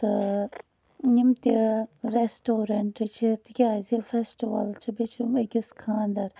تہٕ یِم تہِ رٮ۪سٹورنٹ چھِ تِکیٛازِ فٮ۪سٹٕوَل چھُ بیٚیہِ چھُم أکِس خانٛدر